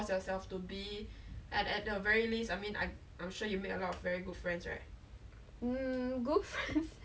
it made me very scared there was a lot of toxic relationships there that now I feel like I was very extroverted and I really like